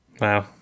Wow